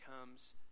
comes